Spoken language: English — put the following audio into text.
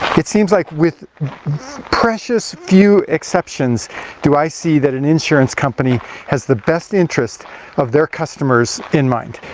it seems like with precious few exceptions do i see that an insurance company has the best interest of their customers in mind.